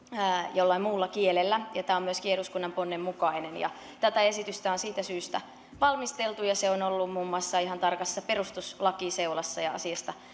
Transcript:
jollain muulla kielellä tämä on myöskin eduskunnan ponnen mukainen tätä esitystä on siitä syystä valmisteltu ja se on ollut muun muassa ihan tarkassa perustuslakiseulassa ja asiasta